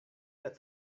that